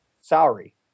salary